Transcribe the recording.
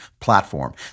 platform